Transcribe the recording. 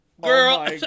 girl